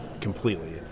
completely